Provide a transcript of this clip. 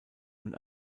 und